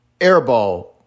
airball